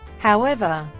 however,